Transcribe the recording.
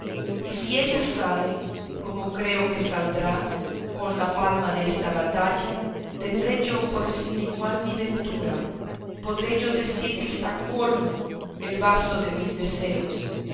y si ella sale como creo que saldrá con la palma desta batalla tendré yo por sin igual mi ventura podré yo decir que está colmo el vacío de mis deseos